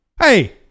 Hey